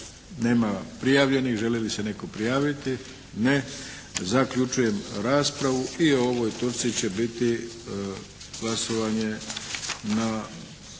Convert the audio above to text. Nema prijavljenih. Želi li se netko prijaviti? Ne. Zaključujem raspravu i o ovoj točci će biti glasovanje na,